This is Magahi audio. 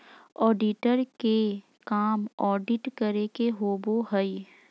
ऑडिटर के काम ऑडिट करे के होबो हइ